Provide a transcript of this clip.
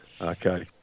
okay